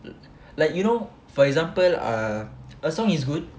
like you know for example ah that song is good